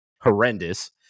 horrendous